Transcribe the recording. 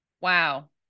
Wow